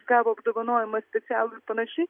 gavo apdovanojimą specialų ir panašiai